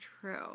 true